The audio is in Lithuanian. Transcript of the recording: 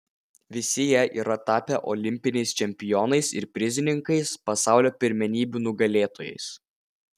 visi jie yra tapę olimpiniais čempionais ir prizininkais pasaulio pirmenybių nugalėtojais